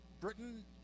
britain